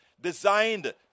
designed